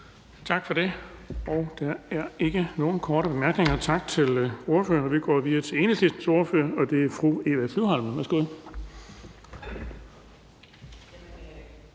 Tak for det. Der er ikke nogen korte bemærkninger, så tak til ordføreren. Vi går videre til Venstres ordfører, og det er hr. Carsten